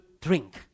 drink